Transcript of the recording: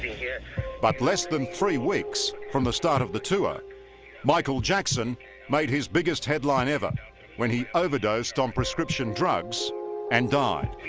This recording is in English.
but less than three weeks from the start of the tour michael jackson made his biggest headline ever when he overdosed on prescription drugs and died